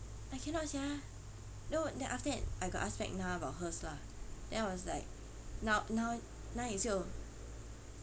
I cannot sia no then after that I got ask back na about hers lah then I was like na na na is your